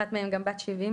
אחת מהן גם בת שבעים,